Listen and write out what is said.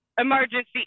emergency